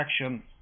action